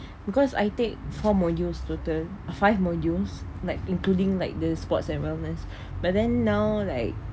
because I take four modules two term five modules like including like the sports and wellness but then now like